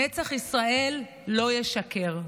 נצח ישראל לא ישקר.